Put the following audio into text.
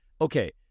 okay